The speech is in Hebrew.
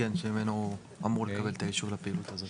כן, שממנו הוא אמור לקבל את האישור לפעילות הזאת.